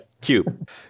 cube